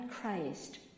Christ